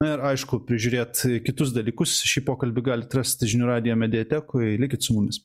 na ir aišku prižiūrėt kitus dalykus šį pokalbį galit rasti žinių radijo mediatekoj likit su mumis